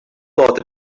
thought